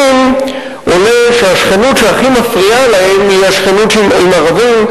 עולה שהשכנות שהכי מפריעה להם היא השכנות עם ערבים,